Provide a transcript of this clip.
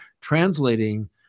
translating